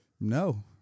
No